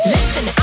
Listen